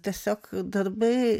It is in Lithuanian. tiesiog darbai